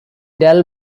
del